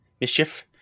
mischief